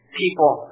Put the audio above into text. people